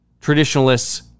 traditionalists